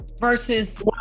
versus